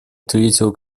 третьего